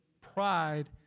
Pride